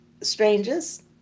strangers